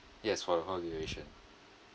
yes for the whole duration